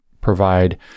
provide